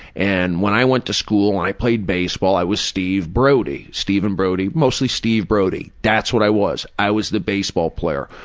and when i went to school, i played baseball, i was steve brody, steven brody, mostly steve brody. that's what i was. i was the baseball player.